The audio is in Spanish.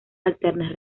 alternas